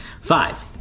five